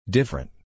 Different